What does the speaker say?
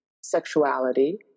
sexuality